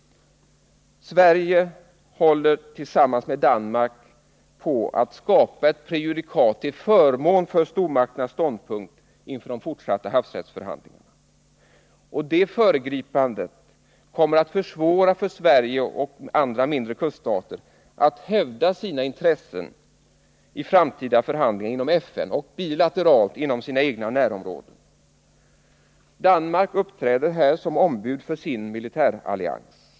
Sverige är tillsammans med Danmark på väg att skapa ett prejudikat till förmån för stormakternas ståndpunkt inför de fortsatta havsrättsförhandlingarna. Detta föregripande kommer att försvåra för Sverige och andra mindre kuststater att hävda sina intressen i framtida förhandlingar inom FN och bilateralt i sina egna närområden. Danmark uppträder här som ombud för sin militärallians.